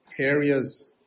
areas